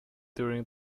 during